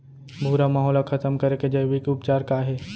भूरा माहो ला खतम करे के जैविक उपचार का हे?